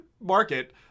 market